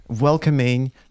welcoming